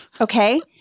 Okay